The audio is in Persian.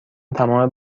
تمام